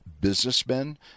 businessmen